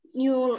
new